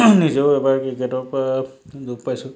নিজেও এবাৰ ক্ৰিকেটৰ পৰা দুখ পাইছোঁ